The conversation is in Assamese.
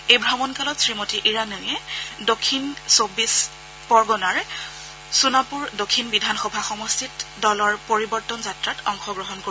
এই ভ্ৰমণকালত শ্ৰীমতী ইৰাণীয়ে দক্ষিণ চৌবিবশ পৰগণাৰ সোণাপুৰ দক্ষিণ বিধানসভা সমষ্টিত দলৰ পৰিৱৰ্তন যাত্ৰাত অংশগ্ৰহণ কৰিব